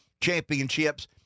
championships